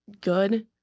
good